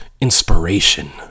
inspiration